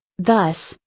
thus,